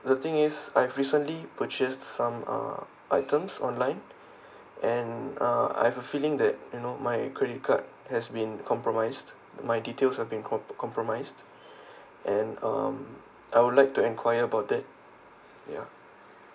the thing is I've recently purchased some uh items online and uh I have a feeling that you know my credit card has been compromised my details are being com~ compromised and um I would like to inquire about that ya